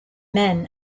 men